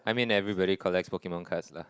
I mean everybody collects Pokemon cards lah